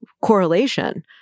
correlation